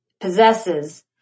possesses